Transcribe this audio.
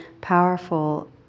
powerful